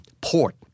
port